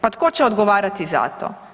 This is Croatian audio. Pa tko će odgovarati za to?